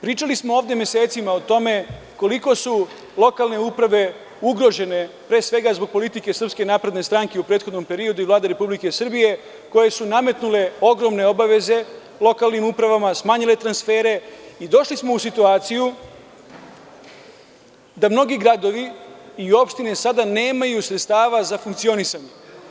Pričali smo ovde mesecima o tome koliko su lokalne uprave ugrožene pre svega zbog politike SNS u prethodnom periodu i Vlade Republike Srbije koja je nametnula ogromne obaveze lokalnim upravama, smanjile transfere, došli smo u situaciju da mnogi gradovi i opštine sada nemaju sredstava za funkcionisanje.